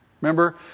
Remember